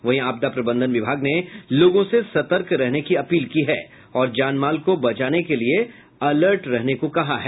वहीं आपदा प्रबंधन विभाग ने लोगों से सतर्क रहने की अपील की है और जानमाल को बचाने के लिये अलर्ट रहने को कहा है